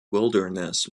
wilderness